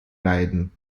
leiden